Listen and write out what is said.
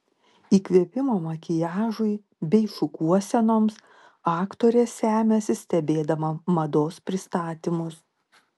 įkvėpimo makiažui bei šukuosenoms aktorė semiasi stebėdama mados pristatymus